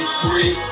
free